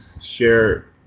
share